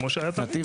כמו שהיה תמיד.